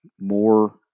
more